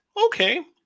Okay